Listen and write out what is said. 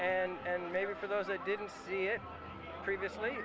young and maybe for those that didn't see it previously